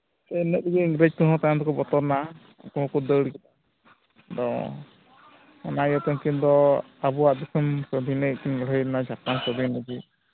ᱥᱮ ᱤᱱᱟᱹᱜ ᱛᱮᱜᱮ ᱤᱝᱨᱮᱹᱡᱽ ᱠᱚᱦᱚᱸ ᱛᱟᱭᱚᱢ ᱛᱮᱠᱚ ᱵᱚᱛᱚᱨᱮᱱᱟ ᱩᱱᱠᱩ ᱦᱚᱸᱠᱚ ᱫᱟᱹᱲ ᱠᱮᱫᱟ ᱚ ᱚᱱᱟ ᱤᱭᱟᱹᱛᱮ ᱩᱱᱠᱤᱱ ᱫᱚ ᱟᱵᱚᱣᱟᱜ ᱫᱤᱥᱚᱢ ᱥᱟᱹᱫᱷᱤᱱ ᱞᱟᱹᱜᱤᱫ ᱠᱤᱱ ᱞᱟᱹᱲᱦᱟᱹᱭ ᱞᱮᱱᱟ ᱥᱟᱹᱫᱷᱤᱱ ᱞᱟᱹᱜᱤᱫ